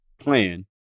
plan